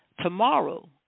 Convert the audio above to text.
Tomorrow